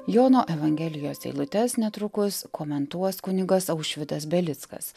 jono evangelijos eilutes netrukus komentuos kunigas aušvydas belickas